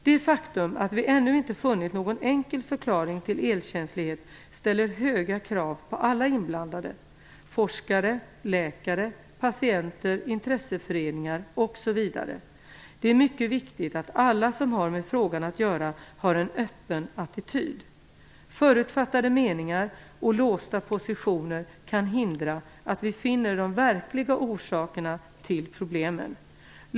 Det faktum att vi ännu inte funnit någon enkel förklaring till elkänslighet ställer höga krav på alla inblandade - forskare, läkare, patienter, intresseföreningar osv. Det är mycket viktigt att alla som har med frågan att göra har en öppen attityd. Förutfattade meningar och låsta positioner kan hindra att vi finner de verkliga orsakerna till problemen.